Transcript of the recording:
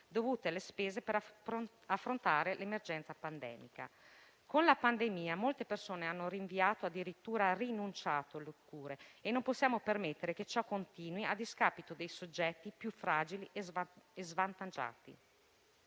per le spese per affrontare l'emergenza pandemica. Con la pandemia molte persone hanno rinviato e, addirittura, rinunciato alle cure e non possiamo permettere che ciò continui a discapito dei soggetti più fragili e svantaggiati.